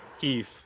keith